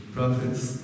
Prophets